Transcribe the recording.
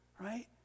right